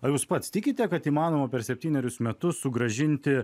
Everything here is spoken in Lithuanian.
ar jūs pats tikite kad įmanoma per septynerius metus sugrąžinti